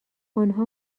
آنها